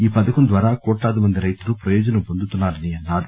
ఈ పథకం ద్వారా కోట్లాది మంది రైతులు ప్రయోజనం పొందుతున్నారని తెలిపారు